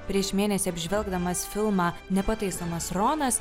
prieš mėnesį apžvelgdamas filmą nepataisomas ronas